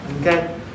okay